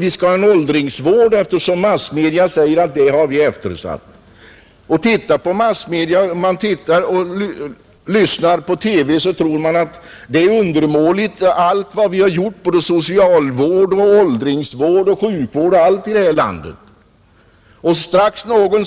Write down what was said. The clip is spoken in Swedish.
Vi skall ha en åldringsvård, eftersom massmedia säger att vi har eftersatt det området.” Om man tittar på TV, så tror man att allt vad vi har gjort i det här landet inom socialvård, åldringsvård och sjukvård är undermåligt. Så fort någon